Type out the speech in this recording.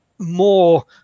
More